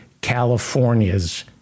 California's